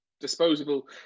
disposable